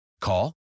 Call